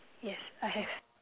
yes I have